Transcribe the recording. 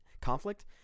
conflict